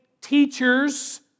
teachers